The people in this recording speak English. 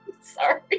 Sorry